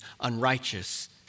unrighteous